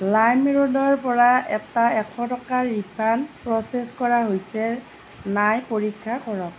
লাইমৰোডৰপৰা এটা এশ টকাৰ ৰিফাণ্ড প্ৰ'চেছ কৰা হৈছে নাই পৰীক্ষা কৰক